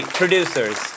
producers